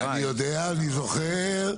אני יודע, אני זוכר.